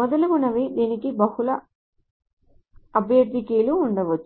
మొదలగునవి దీనికి బహుళ అభ్యర్థి కీలు ఉండవచ్చు